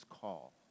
call